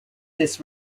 this